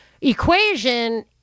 equation